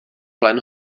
plen